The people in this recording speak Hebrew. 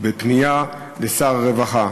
בפנייה לשר הרווחה.